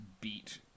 beat